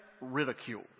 ridicule